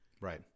Right